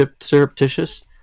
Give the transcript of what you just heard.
surreptitious